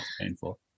Painful